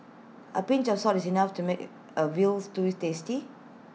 A pinch of salt is enough to make A Veal Stew tasty